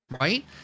right